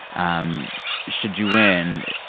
um should you win,